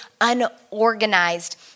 unorganized